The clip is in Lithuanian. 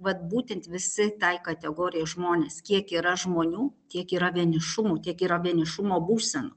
vat būtent visi tai kategorijai žmonės kiek yra žmonių tiek yra vienišumų tiek yra vienišumo būsenų